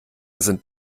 sind